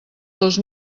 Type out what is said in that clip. dos